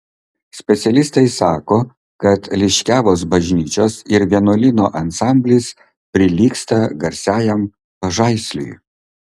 specialistai sako kad liškiavos bažnyčios ir vienuolyno ansamblis prilygsta garsiajam pažaisliui